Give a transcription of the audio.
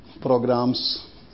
programs